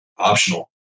optional